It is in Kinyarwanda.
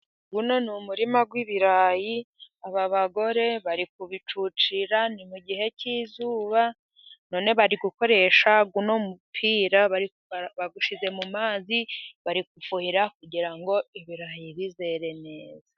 Uyu ni umurima w'ibirayi. Aba bagore bari kubicucira, ni mu gihe cy'izuba. None bari gukoresha uyu mupira .Bawushize mu mazi bari kufuhira kugira ngo ibi birayi bizere neza.